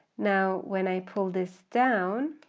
now when i pull this down,